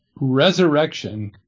resurrection